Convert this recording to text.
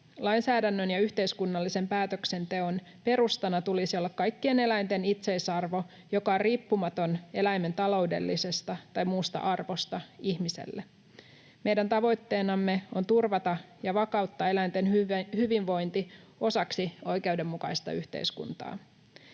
Lainsäädännön ja yhteiskunnallisen päätöksenteon perustana tulisi olla kaikkien eläinten itseisarvo, joka on riippumaton eläimen taloudellisesta tai muusta arvosta ihmiselle. Meidän tavoitteenamme on turvata ja vakauttaa eläinten hyvinvointi osaksi oikeudenmukaista yhteiskuntaa.